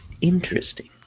Interesting